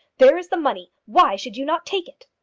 there is the money. why should you not take it?